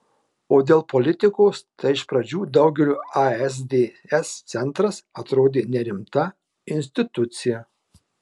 o dėl politikos tai iš pradžių daugeliui aids centras atrodė nerimta institucija